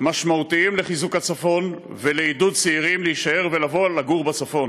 משמעותיים לחיזוק הצפון ולעידוד צעירים להישאר ולבוא לגור בצפון,